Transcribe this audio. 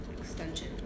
extension